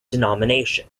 denomination